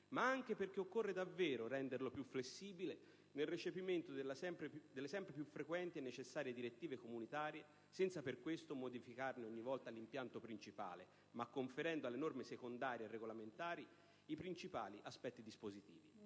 ma anche perché occorre davvero renderlo più flessibile nel recepimento delle sempre più frequenti e necessarie direttive comunitarie, senza per questo modificarne ogni volta l'impianto principale, ma conferendo alle norme secondarie e regolamentari i principali aspetti dispositivi;